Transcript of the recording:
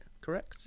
Correct